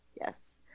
Yes